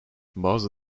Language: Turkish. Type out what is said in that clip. bazı